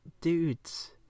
dudes